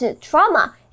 trauma